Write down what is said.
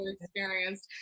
experienced